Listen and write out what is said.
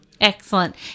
Excellent